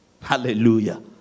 Hallelujah